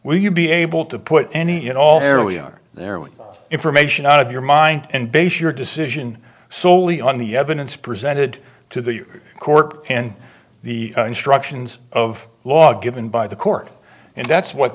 will you be able to put any at all fairly on their own information out of your mind and base your decision soley on the evidence presented to the court and the instructions of law given by the court and that's what